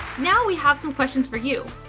now we have some questions for you.